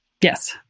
Yes